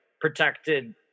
protected